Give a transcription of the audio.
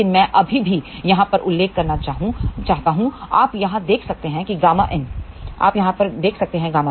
लेकिन मैं अभी भी यहां पर उल्लेख करना चाहता हूं आप यहां देख सकते हैं ƬIN